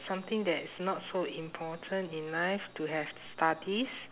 something that is not so important in life to have studies